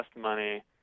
money